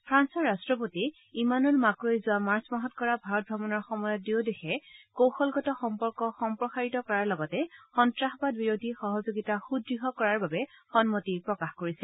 ফ্ৰান্সৰ ৰাট্টপতি Emmanuel Macron যোৱা মাৰ্চ মাহত কৰা ভাৰত ত্ৰমণৰ সময়ত দুয়োদেশে কৌশলগত সম্পৰ্ক সম্প্ৰসাৰিত কৰাৰ লগতে সন্ত্ৰাসবাদ বিৰোধী সহযোগিতা সুদৃঢ় কৰাৰ বাবে সন্মতি প্ৰকাশ কৰিছিল